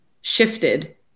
shifted